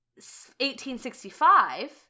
1865